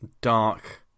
dark